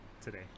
today